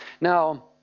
Now